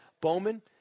Bowman